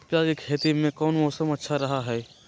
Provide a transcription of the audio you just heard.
प्याज के खेती में कौन मौसम अच्छा रहा हय?